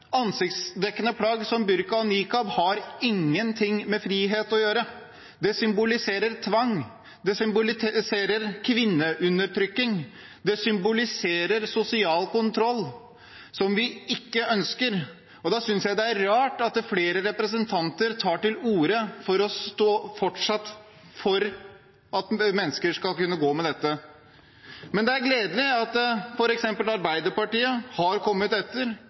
Ansiktsdekkende plagg som burka og nikab har ingenting med frihet å gjøre. Det symboliserer tvang. Det symboliserer kvinneundertrykking. Det symboliserer sosial kontroll, som vi ikke ønsker. Da synes jeg det er rart at flere representanter fortsatt tar til orde for at mennesker skal kunne gå med dette. Men det er gledelig at f.eks. Arbeiderpartiet har kommet etter.